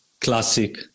classic